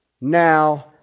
now